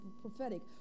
prophetic